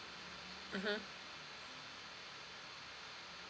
mmhmm